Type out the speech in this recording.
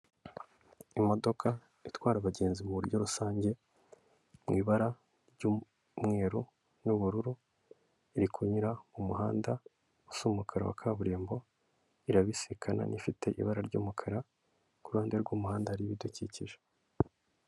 Imodoka itwara abagenzi mu buryo rusange, mu ibara ry'umweru n'ubururu, iri kunyura mu muhanda, usa umukara wa kaburimbo, irabisekana, ifite ibara ry'umukara, kuruhande rw'umuhanda hari idukikije.